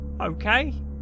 Okay